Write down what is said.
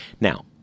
Now